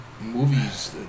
movies